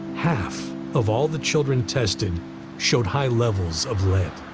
half of all of the children tested showed high levels of lead.